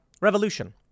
Revolution